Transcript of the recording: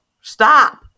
stop